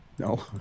No